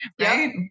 right